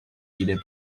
jeder